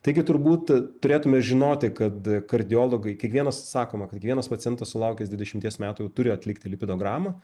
taigi turbūt turėtume žinoti kad kardiologai kiekvienas sakoma kad kiekvienas pacientas sulaukęs dvidešimties metų jau turi atlikti lipidogramą